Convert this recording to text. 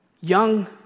young